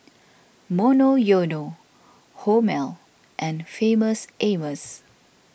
Monoyono Hormel and Famous Amos